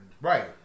Right